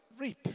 reap